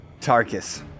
tarkus